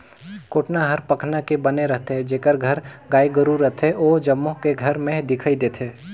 कोटना हर पखना के बने रथे, जेखर घर गाय गोरु रथे ओ जम्मो के घर में दिखइ देथे